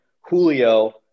Julio